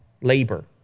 labor